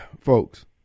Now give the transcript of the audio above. folks